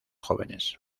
jóvenes